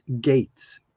Gates